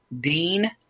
Dean